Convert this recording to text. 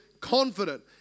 confident